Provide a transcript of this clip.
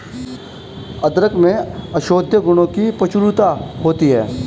अदरक में औषधीय गुणों की प्रचुरता होती है